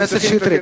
חבר הכנסת שטרית,